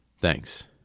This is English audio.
Thanks